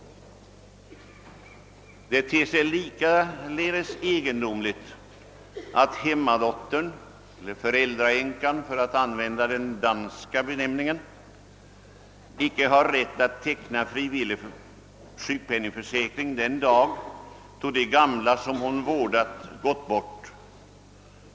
Likaledes ter det sig egendomligt att hemmadottern, eller föräldraänkan för att använda den danska benämningen, icke har rätt att teckna frivillig sjukpenningförsäkring den dag då de gamla, som hon vårdat, har gått bort.